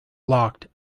locked